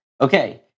Okay